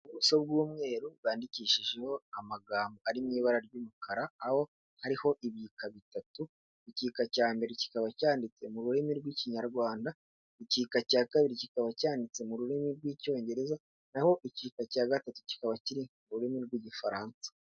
Ubuso bw'umweru bwandikishijeho amagambo ari mu ibara ry'umukara, aho hariho ibika bitatu, igika cya mbere kikaba cyanditse mu rurimi rw'Ikinyarwanda, igika cya kabiri kikaba cyanditse mu rurimi rw'Icyongereza, naho icyika cya gatatu kikaba kiri mu rurimi rw'Igifaransa.